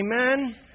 Amen